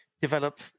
develop